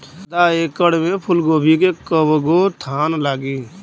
आधा एकड़ में फूलगोभी के कव गो थान लागी?